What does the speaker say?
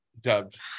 dubbed